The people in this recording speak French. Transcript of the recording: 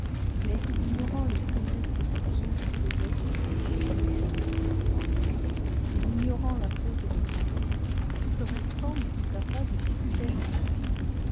mais ignorant les funestes soupçons qui pesaient sur la légitimité de sa naissance mais ignorant la faute de sa mère florestan ne douta pas du succès de sa piperie